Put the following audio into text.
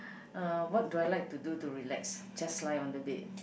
uh what do I like to do to relax just lie on the bed